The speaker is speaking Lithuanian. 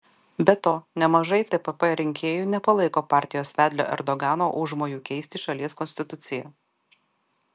be to nemažai tpp rinkėjų nepalaiko partijos vedlio erdogano užmojų keisti šalies konstituciją